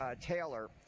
taylor